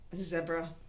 zebra